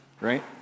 right